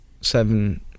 seven